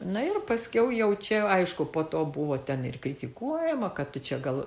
na ir paskiau jau čia aišku po to buvo ten ir kritikuojama kad tu čia gal